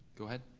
go ahead.